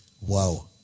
Wow